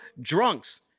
drunks